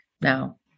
now